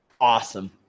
Awesome